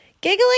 Giggling